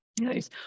Nice